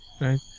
right